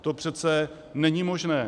To přece není možné.